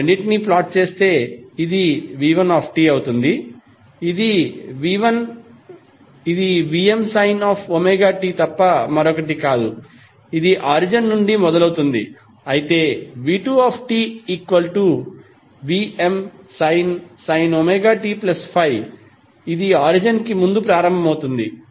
మనము రెండింటినీ ప్లాట్ చేస్తే ఇది v1tఅవుతుంది ఇది Vmωt తప్ప మరొకటి కాదు ఇది ఆరిజిన్ నుండి మొదలవుతుంది అయితే v2tVmsin ωt∅ ఇది ఆరిజిన్ కి ముందు ప్రారంభమవుతుంది